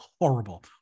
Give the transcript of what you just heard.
horrible